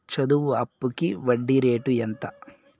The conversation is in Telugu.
చదువు అప్పుకి వడ్డీ రేటు ఎంత?